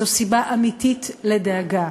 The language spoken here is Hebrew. זו סיבה אמיתית לדאגה.